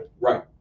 right